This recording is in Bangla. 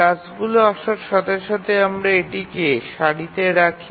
টাস্কগুলি আসার সাথে সাথে আমরা এটিকে সারিতে রাখি